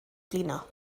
blino